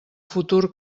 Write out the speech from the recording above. futur